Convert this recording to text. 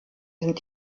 sind